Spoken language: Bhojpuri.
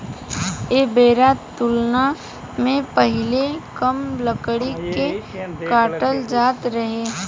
ऐ बेरा तुलना मे पहीले कम लकड़ी के काटल जात रहे